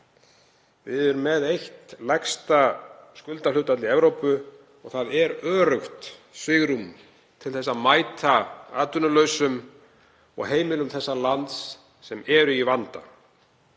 Við erum með eitt lægsta skuldahlutfall Evrópu og það er öruggt svigrúm til að mæta atvinnulausum og heimilum þessa lands sem eru í vanda.